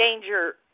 danger